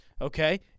okay